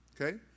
Okay